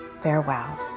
farewell